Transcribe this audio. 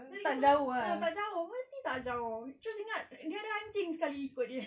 jadi kita orang ah tak jauh mesti tak jauh terus ingat dia ada anjing sekali ikut dia